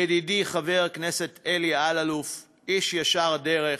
ידידי חבר הכנסת אלי אלאלוף, איש ישר דרך,